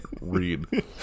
read